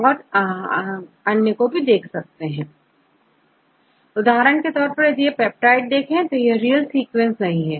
Student Twice उदाहरण के तौर पर यदि पेप्टाइड देखें तो यह रियल सीक्वेंस नहीं है